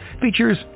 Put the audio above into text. features